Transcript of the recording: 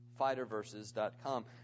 Fighterverses.com